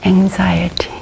Anxiety